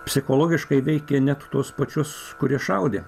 psichologiškai veikė net tuos pačius kurie šaudė